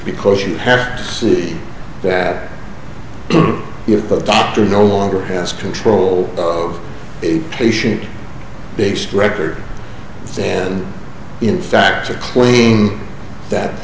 because you have to see that if the doctors no longer has control of a patient based record then in fact a claim that